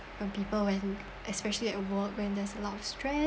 from people when especially at work when there's a lot of stress